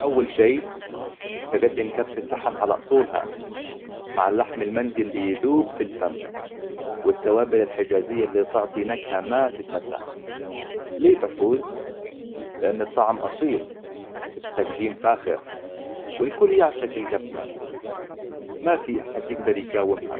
أول شيء، تقدم كبسة لحم على أصولها، مع اللحم المندي اللي يذوب في الفم. والتوابل الحجازية اللي تعطي نكهة ما تتنسى. ليه بفوز؟ لأن الطعم أصيل، التقديم فاخر، والكل يعشق الكبسة. ما في حد يقدر يقاومها.